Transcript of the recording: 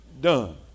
done